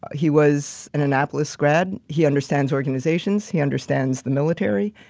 he was an annapolis grad. he understands organizations, he understands the military.